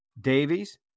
Davies